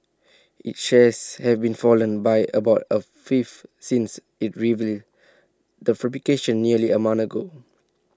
its shares have been fallen by about A fifth since IT revealed the fabrication nearly A month ago